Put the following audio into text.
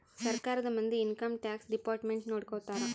ಸರ್ಕಾರದ ಮಂದಿ income tax department ನೊಡ್ಕೋತರ